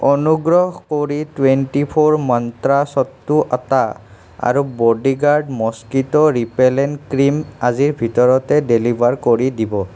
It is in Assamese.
অনুগ্ৰহ কৰি টুৱেণ্টি ফ'ৰ মন্ত্ৰা চট্টু আটা আৰু বডিগাৰ্ড মস্কিট' ৰিপেলেণ্ট ক্ৰীম আজিৰ ভিতৰতে ডেলিভাৰ কৰি দিব